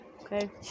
Okay